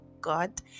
God